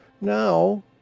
now